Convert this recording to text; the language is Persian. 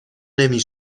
نمی